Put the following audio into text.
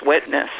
witness